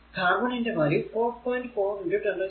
carbon ന്റെ value 4